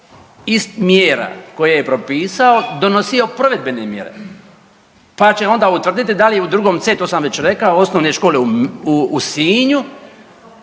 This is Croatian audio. iz mjera koje je propisao donosio provedbene mjere pa će onda utvrditi da li je u 2.C, to sam već rekao, osnovne škole u Sinju,